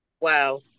Wow